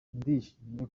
ndishimye